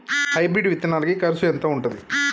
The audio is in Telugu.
హైబ్రిడ్ విత్తనాలకి కరుసు ఎంత ఉంటది?